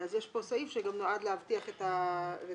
יש פה סעיף שנועד להבטיח את רציפות